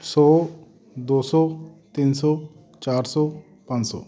ਸੌ ਦੋ ਸੌ ਤਿੰਨ ਸੌ ਚਾਰ ਸੌ ਪੰਜ ਸੌ